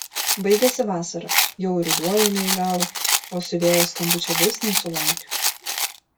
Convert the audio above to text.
baigėsi vasara jau ir ruduo eina į galą o siuvėjos skambučio vis nesulaukiu